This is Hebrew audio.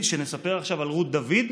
שנספר עכשיו על רות דוד?